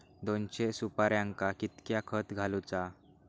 दोनशे सुपार्यांका कितक्या खत घालूचा?